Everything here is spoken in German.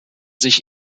sich